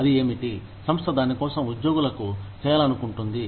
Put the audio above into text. అది ఏమిటి సంస్థ దాని కోసం ఉద్యోగులకు చేయాలనుకుంటుంది